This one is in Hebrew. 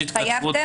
התחייבתם?